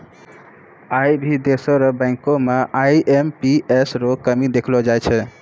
आई भी देशो र बैंको म आई.एम.पी.एस रो कमी देखलो जाय छै